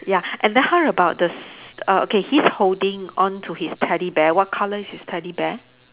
ya and then how about the s~ err okay he's holding on to his teddy bear what color is his teddy bear